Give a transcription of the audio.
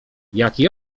jaki